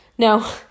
No